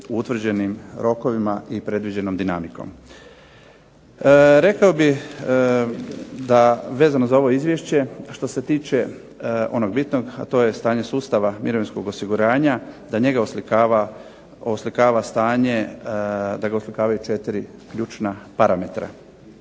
utvrđenim rokovima i predviđenom dinamikom. Rekao bih da vezano za ovo izvješće, što se tiče onog bitnog, a to je stanje sustava mirovinskog osiguranja da njega oslikava stanje, da ga oslikavaju četiri ključna parametra.